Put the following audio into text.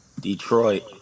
Detroit